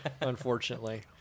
unfortunately